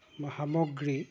সামগ্ৰী